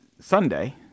sunday